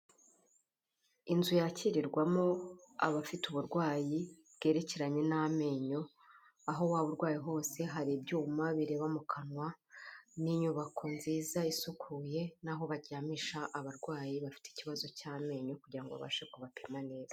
Inzu yakirirwamo abafite uburwayi bwerekeranye n'amenyo, aho waba urwaye hose hari ibyuma bireba mu kanwa, n'inyubako nziza isukuye n'aho baryamisha abarwayi bafite ikibazo cy'amenyo, kugira ngo babashe kubapima neza.